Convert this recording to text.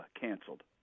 canceled